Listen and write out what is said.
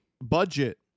budget